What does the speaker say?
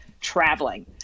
traveling